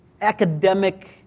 academic